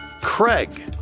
Craig